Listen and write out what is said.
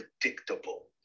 predictable